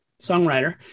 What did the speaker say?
songwriter